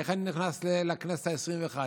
איך אני נכנס לכנסת העשרים-ואחת?